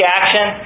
action